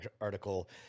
article